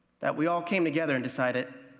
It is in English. that we all came together and decided,